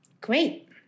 great